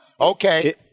Okay